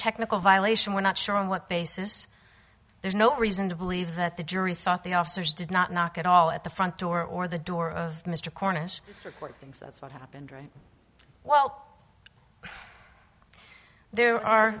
technical violation we're not sure on what basis there's no reason to believe that the jury thought the officers did not knock it all at the front door or the door of mr cornish record things that's what happened right while there are